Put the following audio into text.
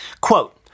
Quote